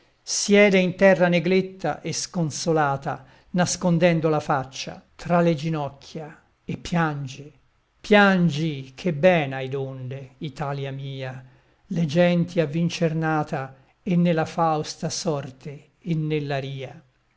siede in terra negletta e sconsolata nascondendo la faccia tra le ginocchia e piange piangi che ben hai donde italia mia le genti a vincer nata e nella fausta sorte e